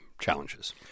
challenges